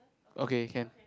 okay can